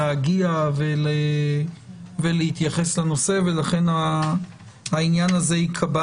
להגיע ולהתייחס אליו ולכן העניין הזה ייקבע